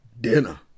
Dinner